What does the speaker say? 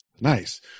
nice